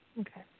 Okay